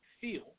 feel